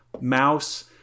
Mouse